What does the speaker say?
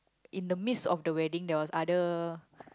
in the midst of the wedding there was other